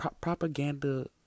propaganda